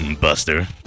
Buster